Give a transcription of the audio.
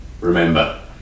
Remember